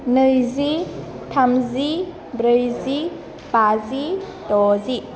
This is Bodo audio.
नैजि थामजि ब्रैजि बाजि द'जि